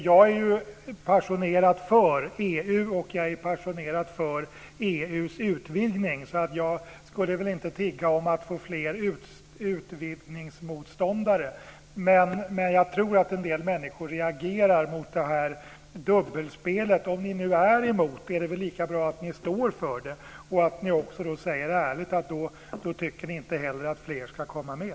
Jag är passionerat för EU och EU:s utvidgning, så jag skulle väl inte tigga om att få fler utvidgningsmotståndare. Men jag tror att en del människor reagerar mot dubbelspelet. Om ni nu är emot, är det väl lika bra att ni står för det och att ni säger ärligt att ni inte heller tycker att fler ska komma med.